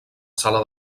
sala